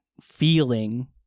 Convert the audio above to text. feeling